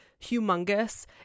humongous